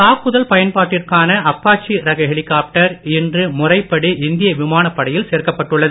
தாக்குதல் பயன்பாட்டிற்கான அப்பாச்சி ரக ஹெலிகாப்டர் இன்று முறைப்படி இந்திய விமானப்படையில் சேர்க்கப்பட்டுள்ளது